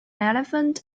elephant